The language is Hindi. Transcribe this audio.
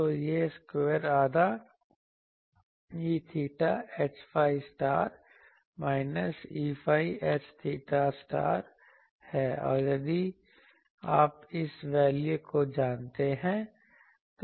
तो यह r स्क्वायर आधा E𝚹 Hϕ minus Eϕ H𝚹 है और यदि आप इस वैल्यू को जानते हैं